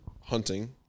hunting